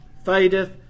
fadeth